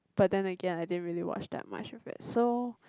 but then again I didn't really watch that much of it so